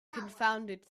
confounded